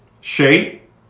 shape